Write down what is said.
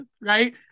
right